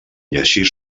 llegir